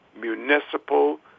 municipal